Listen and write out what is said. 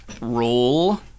roll